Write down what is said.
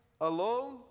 alone